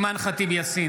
(קורא בשמות חברי הכנסת)